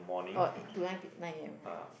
oh to nine p~ nine A_M right